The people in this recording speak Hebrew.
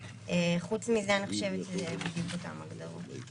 חוץ מזה אני חושבת שזה בדיוק אותן הגדרות.